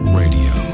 radio